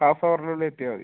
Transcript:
half അവറിനുള്ളിൽ എത്തിയാൽ മതി